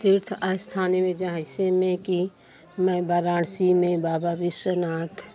तीर्थ स्थान में जैसे में कि मैं वाराणसी में बाबा विश्वनाथ